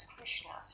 Krishna